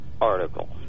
article